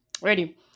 ready